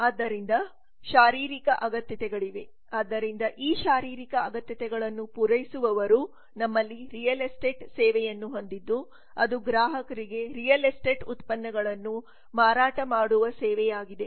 ಆದ್ದರಿಂದ ಶಾರೀರಿಕ ಅಗತ್ಯತೆಗಳಿವೆ ಆದ್ದರಿಂದ ಈ ಶಾರೀರಿಕ ಅಗತ್ಯಗಳನ್ನು ಪೂರೈಸುವವರು ನಮ್ಮಲ್ಲಿ ರಿಯಲ್ ಎಸ್ಟೇಟ್ ಸೇವೆಯನ್ನು ಹೊಂದಿದ್ದು ಅದು ಗ್ರಾಹಕರಿಗೆ ರಿಯಲ್ ಎಸ್ಟೇಟ್ ಉತ್ಪನ್ನಗಳನ್ನು ಮಾರಾಟ ಮಾಡುವ ಸೇವೆಯಾಗಿದೆ